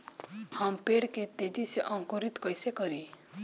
हम पेड़ के तेजी से अंकुरित कईसे करि?